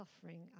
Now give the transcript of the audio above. suffering